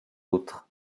autres